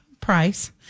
price